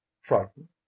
frightened